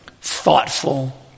thoughtful